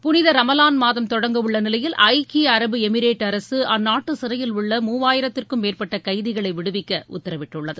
புனித ரமலான் மாதம் தொடங்கவுள்ள நிலையில் ஐக்கிய அரபு எமரேட் அரசு அந்நாட்டு சிறையில் உள்ள மூவாயிரத்திற்கும் மேற்பட்ட கைதிகளை விடுவிக்க உத்தரவிட்டுள்ளது